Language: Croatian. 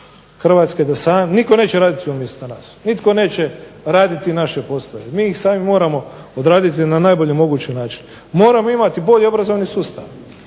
Hrvatske. Nitko neće raditi umjesto nas, nitko neće raditi naše poslove. Mi sami moramo odraditi na najbolji mogući način. Moramo imati bolji obrazovni sustav,